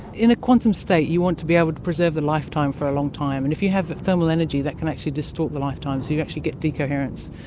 in a quantum state you want to be able to preserve the lifetime for a long time, and if you have thermal energy, that can actually distort the lifetime, so you actually get de-coherence.